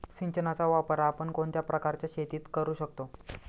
सिंचनाचा वापर आपण कोणत्या प्रकारच्या शेतीत करू शकतो?